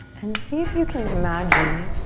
and see if you can imagine,